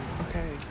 Okay